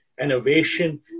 innovation